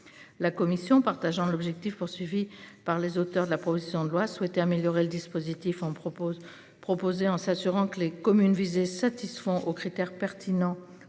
La Commission partageant l'objectif poursuivi par les auteurs de la proposition de loi souhaitait améliorer le dispositif en propose proposé en s'assurant que les communes visées satisfont aux critères pertinents